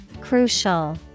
crucial